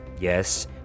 Yes